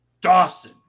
Dawson